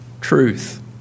truth